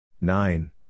Nine